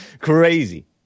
Crazy